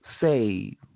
save